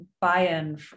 buy-in